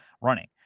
running